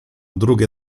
drugie